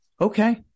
okay